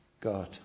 God